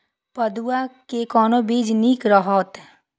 पटुआ के कोन बीज निक रहैत?